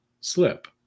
slip